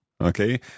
Okay